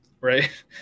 right